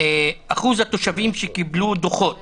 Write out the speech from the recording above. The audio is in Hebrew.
שיעור התושבים שקיבלו דוחות